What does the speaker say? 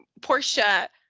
Portia